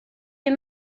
est